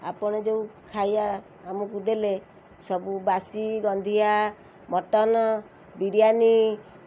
ଆପଣ ଯେଉଁ ଖାଇବା ଆମୁକୁ ଦେଲେ ସବୁ ବାସି ଗନ୍ଧିଆ ମଟନ୍ ବିରିୟାନୀ